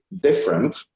different